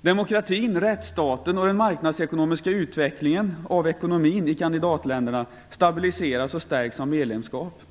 Demokratin, rättsstaten och den marknadsekonomiska utvecklingen av ekonomin i kandidatländerna stabiliseras och stärks av medlemskap.